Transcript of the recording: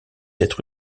être